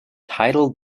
tidal